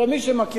שוב,